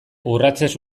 urratsez